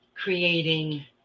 creating